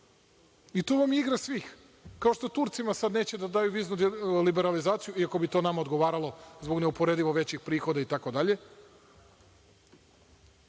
I tu vam je igra svih, kao što Turcima sada neće da daju viznu liberalizaciju, iako bi to nama odgovaralo zbog neuporedivo većih prihoda itd,